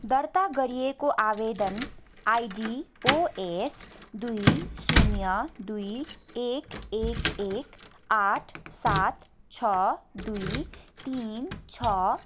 दर्ता गरिएको आवेदन आइडी ओएस दुई शून्य दुई एक एक एक आठ सात छ दुई तिन छ